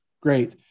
great